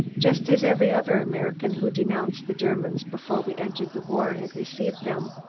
just as every other american who denounced the germans before we entered the war had received them.